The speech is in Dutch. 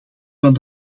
van